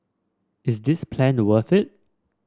is this plan to worth it